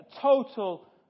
total